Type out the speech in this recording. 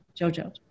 Jojo